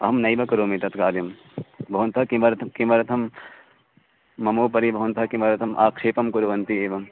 अहं नैव करोमि तत्कार्यं भवन्तः किमर्थं किमर्थं ममोपरि भवन्तः किमर्थम् आक्षेपं कुर्वन्ति एवम्